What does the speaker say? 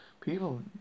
People